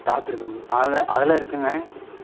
stock இருக்கான்னு அதெலாம் அதெலாம் இருக்குதுங்க